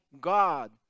God